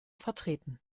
vertreten